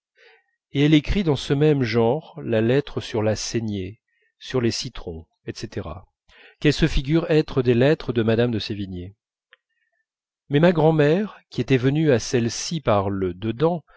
et elle écrit dans ce même genre la lettre sur la saignée sur les citrons etc qu'elle se figure être des lettres de madame de sévigné mais ma grand'mère qui était venue à celle-ci par le dedans